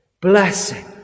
Blessing